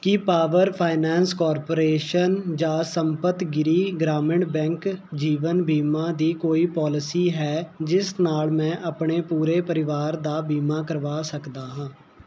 ਕੀ power finance corporation ਜਾਂ Sampathgiri Grameen bank ਜੀਵਨ ਬੀਮਾ ਦੀ ਕੋਈ ਪੋਲਿਸੀ ਹੈ ਜਿਸ ਨਾਲ਼ ਮੈਂ ਆਪਣੇ ਪੂਰੇ ਪਰਿਵਾਰ ਦਾ ਬੀਮਾ ਕਰਵਾ ਸਕਦਾ ਹਾਂ